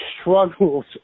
struggles